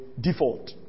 default